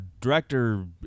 director